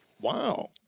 Wow